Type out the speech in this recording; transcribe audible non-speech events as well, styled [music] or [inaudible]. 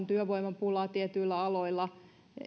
[unintelligible] työvoimapulaa tietyillä aloilla